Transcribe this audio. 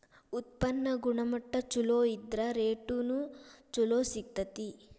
ಉತ್ಪನ್ನ ಗುಣಮಟ್ಟಾ ಚುಲೊ ಇದ್ರ ರೇಟುನು ಚುಲೊ ಸಿಗ್ತತಿ